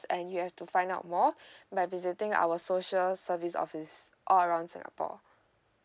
and you have to find out more by visiting our social service office all around singapore